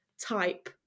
type